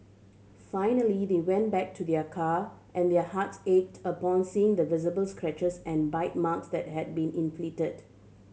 finally they went back to their car and their hearts ached upon seeing the visible scratches and bite marks that had been inflicted